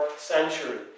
century